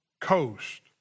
coast